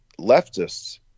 leftists